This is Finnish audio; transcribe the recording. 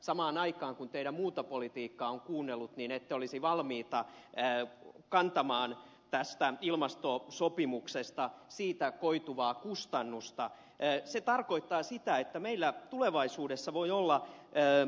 samaan aikaan kun teidän muuta politiikkaanne on kuunnellut niin ette olisi valmiita kantamaan tästä ilmastosopimuksesta koituvaa kustannusta ei se tarkoittaa sitä että meillä tulevaisuudessa voi olla een